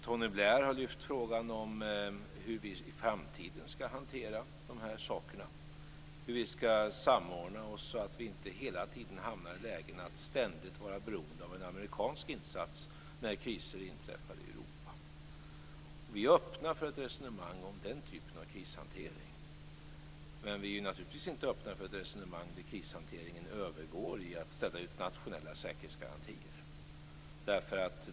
Tony Blair har lyft frågan om hur vi i framtiden skall hantera dessa frågor, hur vi skall samordna oss så att vi inte hela tiden ständigt blir beroende av en amerikansk insats när det inträffar kriser i Europa. Vi är öppna för ett resonemang om den typen av krishantering. Men vi är naturligtvis inte öppna för ett resonemang där krishanteringen övergår i att ställa ut nationella säkerhetsgarantier.